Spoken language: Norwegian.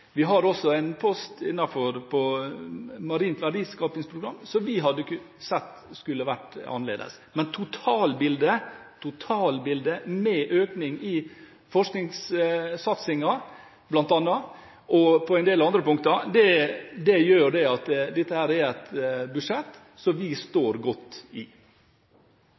Vi har også en post på Marint verdiskapingsprogram som vi gjerne hadde sett annerledes. Men totalbildet, med økning i forskningssatsingen bl.a. og på en del andre punkter, gjør at dette er et budsjett som vi står godt i.